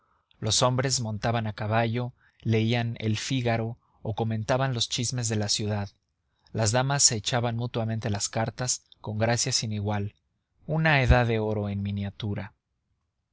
los hombres montaban a caballo leían el fígaro o comentaban los chismes de la ciudad las damas se echaban mutuamente las cartas con gracia sin igual una edad de oro en miniatura